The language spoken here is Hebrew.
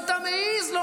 אם היית יודע איזו רשת,